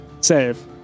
save